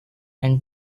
and